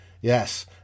Yes